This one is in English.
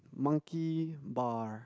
monkey bar